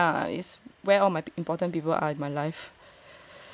is where all my important people are in my life